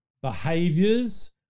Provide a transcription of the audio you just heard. behaviors